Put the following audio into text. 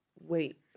wait